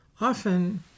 often